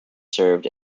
served